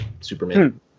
Superman